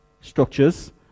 structures